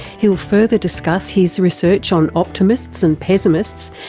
he'll further discuss his research on optimists and pessimists,